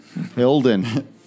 Hilden